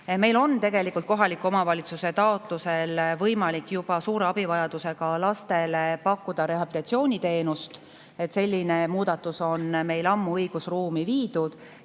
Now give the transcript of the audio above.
Meil on tegelikult juba praegu kohaliku omavalitsuse taotlusel võimalik suure abivajadusega lastele pakkuda rehabilitatsiooniteenust. Selline muudatus on meil ammu õigusruumi viidud